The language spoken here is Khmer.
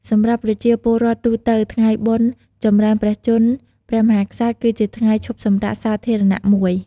សម្រាប់ប្រជាពលរដ្ឋទូទៅ ថ្ងៃបុណ្យចម្រើនព្រះជន្មព្រះមហាក្សត្រ គឺជាថ្ងៃឈប់សម្រាកសាធារណៈមួយ។